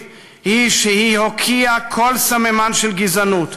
הן שהיא הוקיעה כל סממן של גזענות,